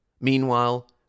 Meanwhile